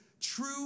true